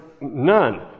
none